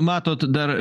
matot dar